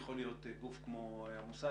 יכול להיות גוף כמו המוסד,